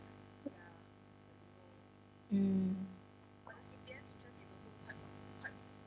mm